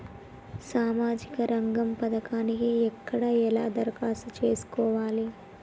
సామాజిక రంగం పథకానికి ఎక్కడ ఎలా దరఖాస్తు చేసుకోవాలి?